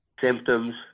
symptoms